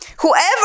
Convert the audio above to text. Whoever